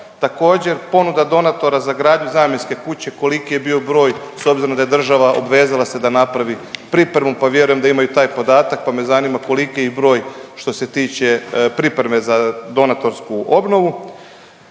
Također ponuda donatora za gradnju zamjenske kuće, koliki je bio broj s obzirom da je država obvezala se da napravi pripremu, pa vjerujem da imaju i taj podatak, pa me zanima koliki je broj što se tiče pripreme za donatorsku obnovu?